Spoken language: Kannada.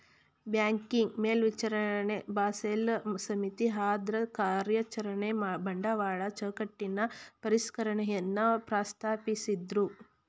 ಬ್ಯಾಂಕಿಂಗ್ ಮೇಲ್ವಿಚಾರಣೆ ಬಾಸೆಲ್ ಸಮಿತಿ ಅದ್ರಕಾರ್ಯಚರಣೆ ಬಂಡವಾಳ ಚೌಕಟ್ಟಿನ ಪರಿಷ್ಕರಣೆಯನ್ನ ಪ್ರಸ್ತಾಪಿಸಿದ್ದ್ರು